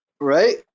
Right